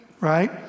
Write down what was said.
right